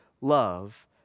love